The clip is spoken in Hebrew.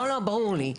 ברור לי.